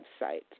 website